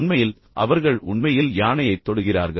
உண்மையில் அவர்கள் உண்மையில் யானையைத் தொடுகிறார்கள்